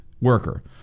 worker